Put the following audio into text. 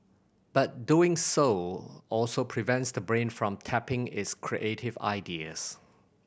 but doing so also prevents the brain from tapping its creative areas